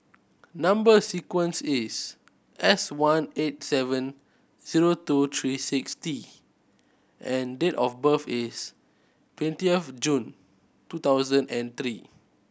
number sequence is S one eight seven zero two three six T and date of birth is twenty of June twenty thousand and three